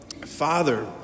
father